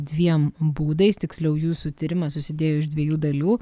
dviem būdais tiksliau jūsų tyrimas susidėjo iš dviejų dalių